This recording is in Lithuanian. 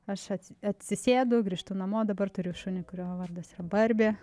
aš atsisėdu grįžtu namo dabar turiu šunį kurio vardas yra barbė